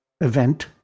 event